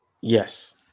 Yes